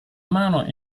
mano